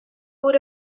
would